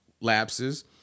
lapses